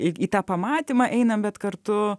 į tą pamatymą einam bet kartu